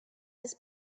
his